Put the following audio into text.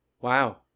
Wow